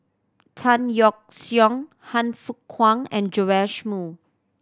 Tan Yeok Seong Han Fook Kwang and Joash Moo